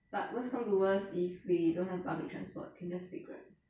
but worse come to worse if we don't have public transport can just take grab